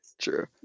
True